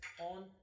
on